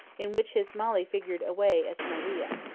in which his molly figured away as maria.